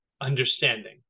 understanding